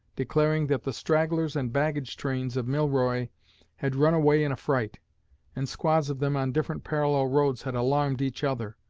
declaring that the stragglers and baggage-trains of milroy had run away in affright, and squads of them on different parallel roads had alarmed each other,